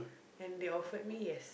and they offered me yes